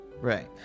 Right